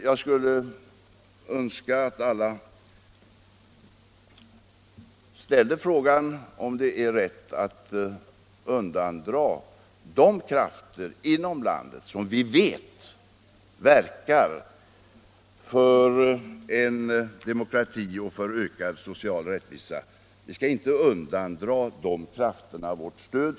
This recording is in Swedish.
Jag skulle önska att alla ställde frågan om det är rätt att de krafter inom landet, som vi vet verkar för demokrati och för ökad social rättvisa, skall undandras vårt stöd.